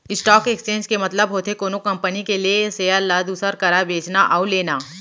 stock exchange के मतलब होथे कोनो कंपनी के लेय सेयर ल दूसर करा बेचना अउ लेना